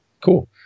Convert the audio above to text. cool